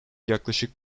yaklaşık